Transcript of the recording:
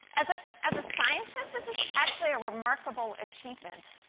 as ah as a scientist, this is actually a remarkable achievement.